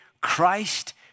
Christ